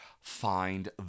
Find